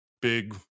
big